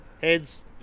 heads